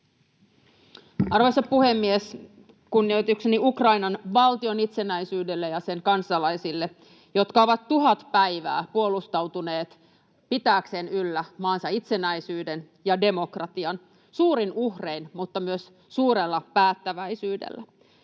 Arvoisa puhemies! Kunnioitukseni Ukrainan valtion itsenäisyydelle ja sen kansalaisille, jotka ovat tuhat päivää puolustautuneet pitääkseen yllä maansa itsenäisyyden ja demokratian suurin uhrein, mutta myös suurella päättäväisyydellä.